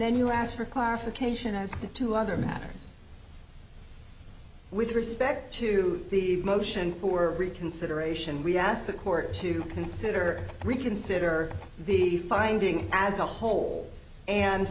then you asked for clarification as to two other matters with respect to the motion for reconsideration we asked the court to consider reconsider the finding as a whole and